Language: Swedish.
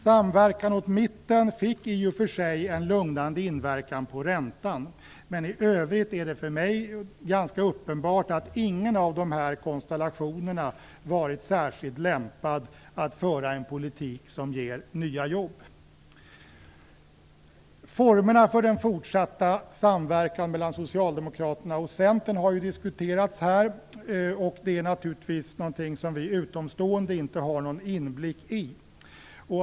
Samverkan åt mitten fick i och för sig en lugnande inverkan på räntan, men i övrigt är det för mig ganska uppenbart att ingen av dessa konstellationer varit särskilt lämpad att föra en politik som ger nya jobb. Formerna för den fortsatta samverkan mellan Socialdemokraterna och Centern har diskuterats här. Det är naturligtvis någonting som vi utomstående inte har någon inblick i.